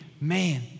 man